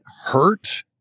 hurt